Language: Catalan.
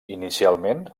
inicialment